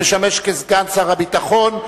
המשמש כסגן שר הביטחון,